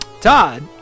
Todd